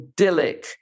idyllic